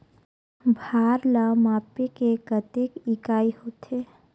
भार ला मापे के कतेक इकाई होथे?